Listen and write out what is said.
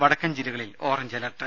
വടക്കൻ ജില്ലകളിൽ orange alert